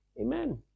Amen